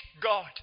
God